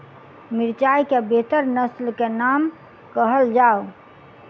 मिर्चाई केँ बेहतर नस्ल केँ नाम कहल जाउ?